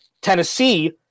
Tennessee